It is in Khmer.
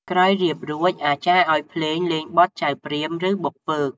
ក្រោយរៀបរួចអាចារ្យឲ្យភ្លេងលេងបទ ចៅព្រាមឬប៉ុកពើក។